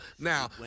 Now